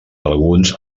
alguns